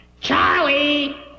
Charlie